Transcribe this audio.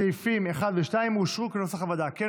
סעיפים 1 ו-2, כנוסח הוועדה, אושרו.